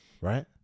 right